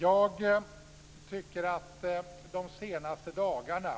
Jag tycker att de senaste dagarna